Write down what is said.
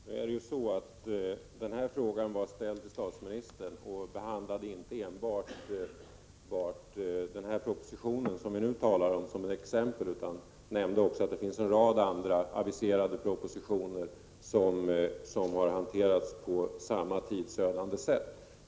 Herr talman! Denna fråga var ställd till statsministern och behandlade inte enbart den proposition som vi nu talat om som ett exempel. Jag nämnde också att det finns en rad andra aviserade propositioner som har hanterats på samma tidsödande sätt.